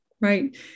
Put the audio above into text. Right